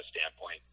standpoint